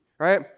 right